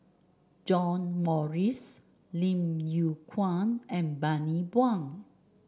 John Morrice Lim Yew Kuan and Bani Buang